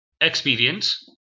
experience